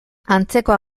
antzekoa